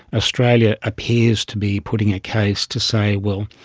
australia appears to be putting a case to say, well,